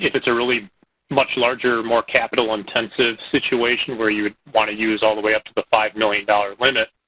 it's a really much larger, more capital-intensive situation. where you want to use all the way up to the five million dollars limit.